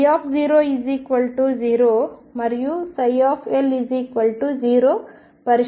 00 మరియు ψ 0